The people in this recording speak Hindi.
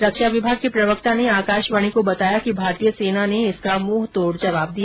रक्षा विभाग के प्रवक्ता ने आकाशवाणी को बताया कि भारतीय सेना ने इसका मुंह तोड़ जवाब दिया